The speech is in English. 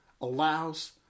allows